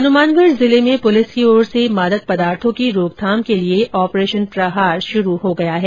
हनुमानगढ़ जिले में पुलिस की ओर से मादक पदार्थों की रोकथाम के लिए ऑपरेशन प्रहार शुरू हो गया है